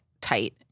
tight